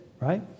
right